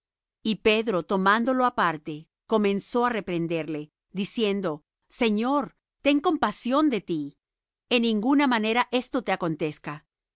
y pedro tomándolo aparte comenzó á reprenderle diciendo señor ten compasión de ti en ninguna manera esto te acontezca